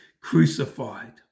crucified